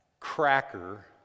Cracker